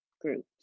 groups